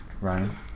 Ryan